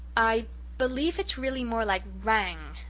i believe it's really more like rhangs,